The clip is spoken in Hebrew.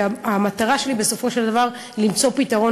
המטרה שלי בסופו של דבר היא למצוא פתרון